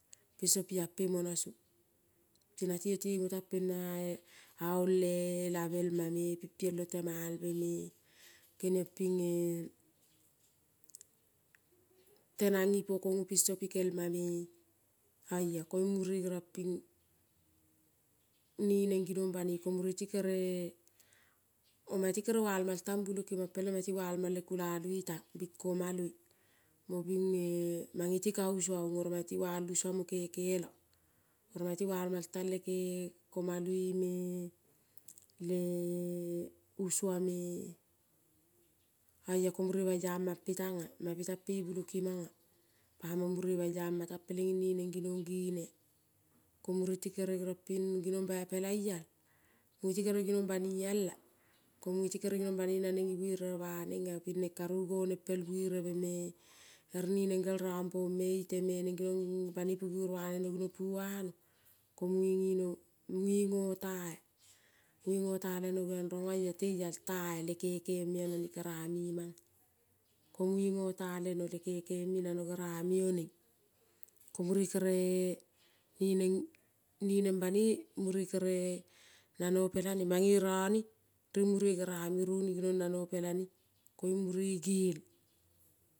Piso pia pemona song pina ti io tengu tang pena ae aole le davelmame pi piolo temalvele keniong pinge tenang ipo kongo piso pikelma me oia. Koling mure seriong ping ne neng ginong banoi ko mure ti kere omati kere valmal tang bulokimang peleng maeti val mal le kula luiei tang bing komaloi mo binge mangeti ka usua ong oro mange ti val usua mo keke la. Oro mangeti val mol tang le ke komaloi me le usua me oia. Ko mure baia mampe tanga. Mampe tang pe bunokimanga. Pamang mure baia ma tang peleing ial. Mueti kere ginong bani ala ko muete kere genong banoi naneng ivereve vanenga pineng karu goneng pel vereme ere vaneng le gunopu ano ko munge ngemeo munge ngo ta-a. Munge ngo ta leno genian rong oia teial ta-a le keke mea nane kerame manga. Ko munge bgo ta leno le keke me nano gerame oneng ko mure kere ne neng, ne neng banoi mure kere nano pelane mange rone ring mure gurame roni ginong nanopelane koiung mure